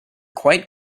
quite